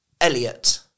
Elliot